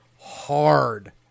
hard